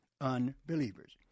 unbelievers